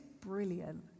brilliant